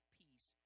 peace